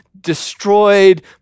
destroyed